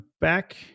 back